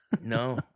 No